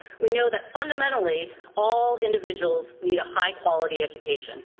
we know that, fundamentally, all individuals need a high-quality education.